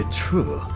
true